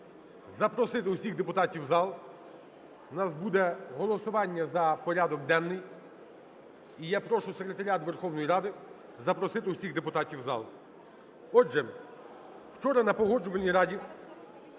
запросити усіх депутатів в зал. Зараз буде голосування за порядок денний. І я прошу секретаріат Верховної Ради запросити усіх депутатів в зал. Отже, вчора на Погоджувальній раді